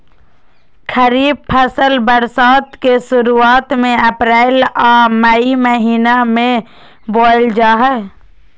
खरीफ फसल बरसात के शुरुआत में अप्रैल आ मई महीना में बोअल जा हइ